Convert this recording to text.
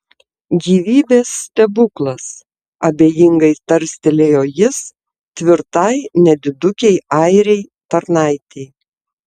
gyvybės stebuklas abejingai tarstelėjo jis tvirtai nedidukei airei tarnaitei